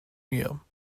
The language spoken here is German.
mir